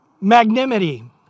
magnanimity